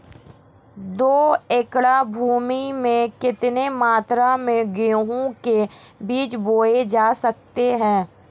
दो एकड़ भूमि में कितनी मात्रा में गेहूँ के बीज बोये जा सकते हैं?